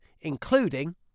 including